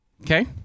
Okay